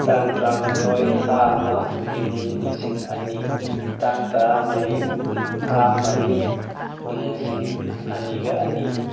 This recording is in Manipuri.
ꯇꯥꯡ ꯇꯔꯥꯃꯥꯊꯣꯏ ꯊꯥ ꯑꯃ ꯏꯪ ꯂꯤꯁꯤꯡ ꯑꯅꯤ ꯇꯥꯡ ꯇꯔꯥꯃꯔꯤ ꯊꯥ ꯃꯔꯤ ꯏꯪ ꯂꯤꯁꯤꯡ ꯑꯅꯤꯒ ꯑꯅꯤ